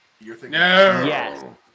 No